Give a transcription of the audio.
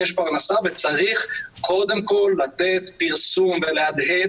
יש פרנסה וצריך קודם כל לתת פרסום ולהדהד,